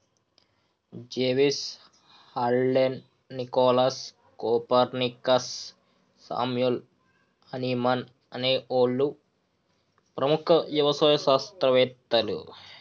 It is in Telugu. జెవిస్, Haldane, Nicholas, Copernicus, Samuel Hahnemann అనే ఓళ్ళు ప్రముఖ యవసాయ శాస్త్రవేతలు